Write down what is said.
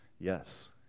yes